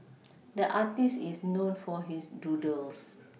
the artist is known for his doodles